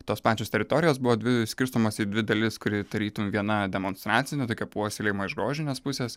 tos pačios teritorijos buvo dvi skirstomos į dvi dalis kuri tarytum viena demonstracinė tokia puoselėjama iš grožinės pusės